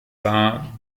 war